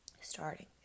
starting